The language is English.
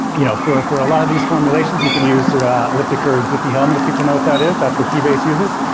you know for for a lot of these formulations, you can use elliptic curve diffie hellman. if people know what that is, that's what keybase uses,